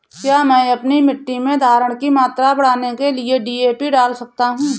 क्या मैं अपनी मिट्टी में धारण की मात्रा बढ़ाने के लिए डी.ए.पी डाल सकता हूँ?